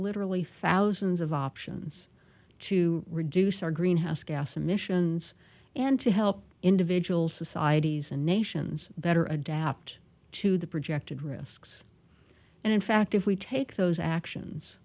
literally thousands of options to reduce our greenhouse gas emissions and to help individuals societies and nations better adapt to the projected risks and in fact if we take those actions